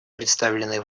представленный